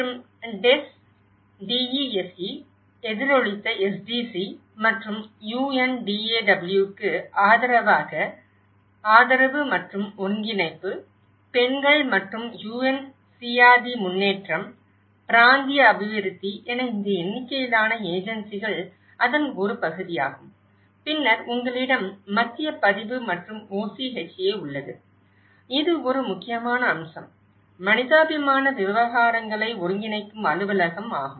மற்றும் DESE எதிரொலித்த SDC மற்றும் UNDAW க்கு ஆதரவு மற்றும் ஒருங்கிணைப்பு பெண்கள் மற்றும் UNCRD முன்னேற்றம் பிராந்திய அபிவிருத்தி என இந்த எண்ணிக்கையிலான முகமைகள் அதன் ஒரு பகுதியாகும் பின்னர் உங்களிடம் மத்திய பதிவு மற்றும் OCHA உள்ளது இது ஒரு முக்கியமான அம்சம் மனிதாபிமான விவகாரங்களை ஒருங்கிணைக்கும் அலுவலகம் ஆகும்